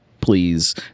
please